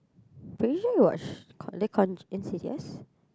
but usually you'll watch con~ either con~ Insidious